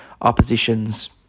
opposition's